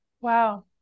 Wow